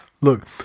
Look